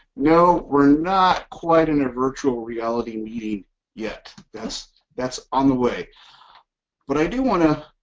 no we're not quite in a virtual reality meeting yet that's that's on the way but i do want to